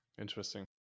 Interesting